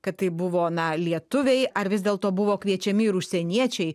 kad tai buvo na lietuviai ar vis dėlto buvo kviečiami ir užsieniečiai